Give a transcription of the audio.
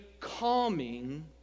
calming